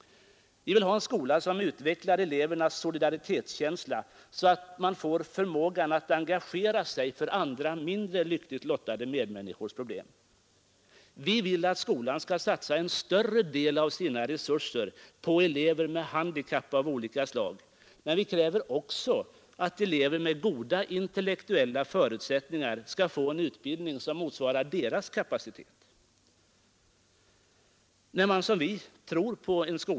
Vi vill ha en skola som utvecklar elevernas solidaritetskänsla så att de får förmågan att engagera sig för andra, mindre lyckligt lottade medmänniskors problem. Vi vill att skolan skall satsa en större del av sina resurser på elever med handikapp av olika slag, men vi kräver också att elever med goda intellektuella förutsättningar skall få en utbildning som motsvarar deras kapacitet.